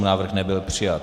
Návrh nebyl přijat.